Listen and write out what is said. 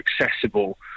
accessible